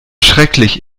schrecklich